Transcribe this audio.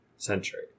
century